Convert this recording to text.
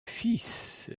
fils